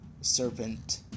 Serpent